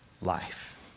life